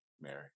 mary